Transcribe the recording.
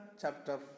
chapter